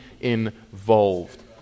involved